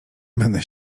będę